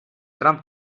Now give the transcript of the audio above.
tram